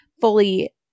fully